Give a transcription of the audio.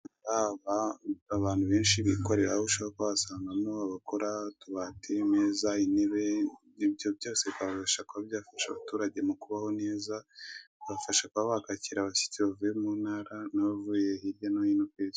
Abantu benshi bikorera, aho ushobora kuba wasangamo abakora utubati, intebe. Ibyo byose bikarushao kuba byafasha abaturage mu kubaho neza. Bibafasha kuba bakakira abashyitsi bavuye mu ntara no hirya no hino ku isi.